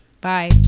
Bye